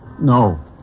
No